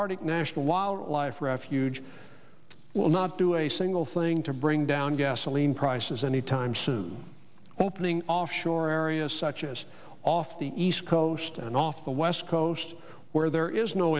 arctic national wildlife refuge will not do a single thing to bring down gasoline prices any time soon opening offshore areas such as off the east coast and off the west coast where there is no